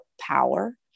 power